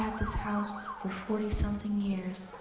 had this house for forty something years.